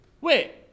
Wait